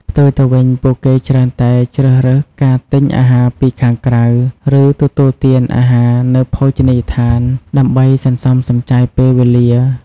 ផ្ទុយទៅវិញ ពួកគេច្រើនតែជ្រើសរើសការទិញអាហារពីខាងក្រៅ ឬទទួលទានអាហារនៅភោជនីយដ្ឋានដើម្បីសន្សំសំចៃពេលវេលា ។